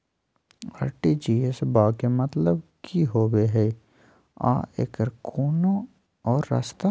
RTGS बा के मतलब कि होबे हय आ एकर कोनो और रस्ता?